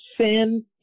sin